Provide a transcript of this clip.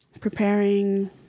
preparing